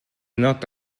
not